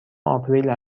آپریل